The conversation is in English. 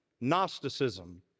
Gnosticism